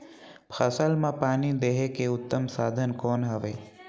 फसल मां पानी देहे के उत्तम साधन कौन हवे?